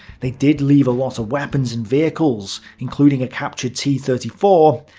they did leave a lot of weapons and vehicles, including a captured t thirty four,